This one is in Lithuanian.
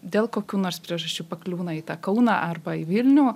dėl kokių nors priežasčių pakliūna į tą kauną arba į vilnių